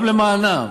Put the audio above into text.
גם למענה,